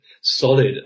solid